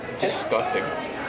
Disgusting